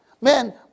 man